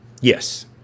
Yes